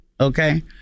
Okay